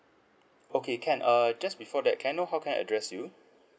okay can err just before that can I know how can I address you